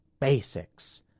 basics